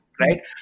right